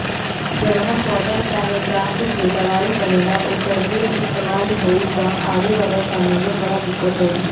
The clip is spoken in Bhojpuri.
जवना पौधा चाहे गाछ से दवाई बनेला, ओकर ढेर इस्तेमाल होई त आवे वाला समय में बड़ा दिक्कत होई